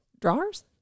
Drawers